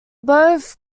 both